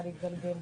חייב להגיד רק